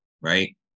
right